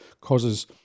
causes